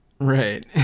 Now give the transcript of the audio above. Right